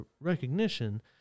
recognition